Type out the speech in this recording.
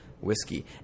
whiskey